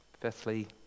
Fifthly